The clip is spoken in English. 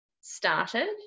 started